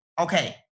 okay